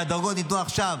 והדרגות ניתנו עכשיו,